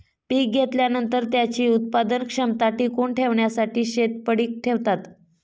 पीक घेतल्यानंतर, त्याची उत्पादन क्षमता टिकवून ठेवण्यासाठी शेत पडीक ठेवतात